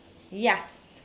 ya